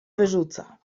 wyrzuca